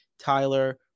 Tyler